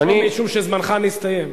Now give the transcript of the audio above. משום שזמנך מסתיים.